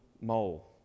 mole